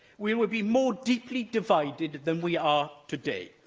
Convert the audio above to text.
we will be more deeply divided than we are today.